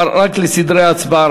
אבל רק לסדרי ההצבעה,